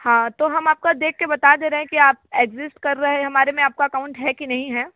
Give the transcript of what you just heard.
हाँ तो हम आपका देख के बता दे रहे हैं कि आप एक्जिस्ट कर रहे हैं हमारे में आपका अकाउंट है कि नहीं है